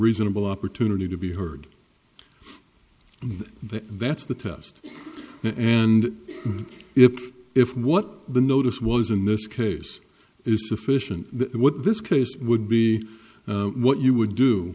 reasonable opportunity to be heard and that's the test and if if what the notice was in this case is sufficient what this case would be what you would do